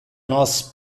nos